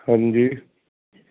ਹਾਂਜੀ